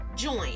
join